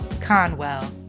Conwell